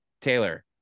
Taylor